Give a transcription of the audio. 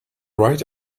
right